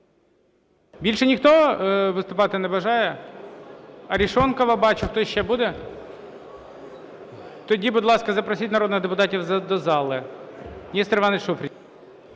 Більше ніхто виступати не бажає? Арешонкова бачу. Хтось ще буде? Тоді, будь ласка, запросіть народних депутатів до зали.